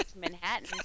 Manhattan